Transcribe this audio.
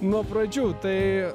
nuo pradžių tai